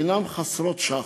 הנן חסרות שחר.